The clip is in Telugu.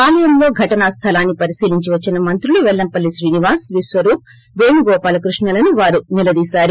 ఆలయంలో ఘటనా స్థలాన్ని పరిశీలించి వచ్చిన మంత్రులు పెల్లంపల్లి శ్రీనివాస్ విశ్వరూప్ పేణుగోపాలకృష్ణ లను నిలదీశారు